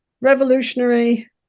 revolutionary